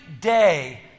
day